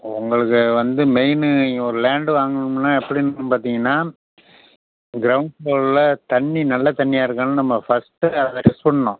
உங்களுக்கு வந்து மெயின்னு நீங்கள் ஒரு லேண்டு வாங்குணும்னால் எப்படி பார்த்திங்கன்னா க்ரௌண்ட் ஃப்ளோர்ல தண்ணி நல்ல தண்ணியாக இருக்கான்னு நம்ம ஃபஸ்ட்டு அதை டெஸ்ட் பண்ணும்